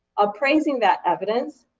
appraising that evidence,